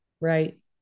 Right